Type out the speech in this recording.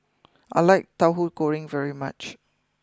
I like Tahu Goreng very much